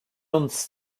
uns